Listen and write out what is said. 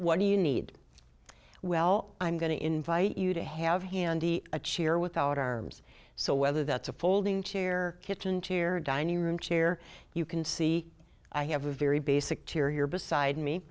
what do you need well i'm going to invite you to have handy a chair without arms so whether that's a folding chair kitchen chair dining room chair you can see i have a very basic tear your beside me